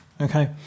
Okay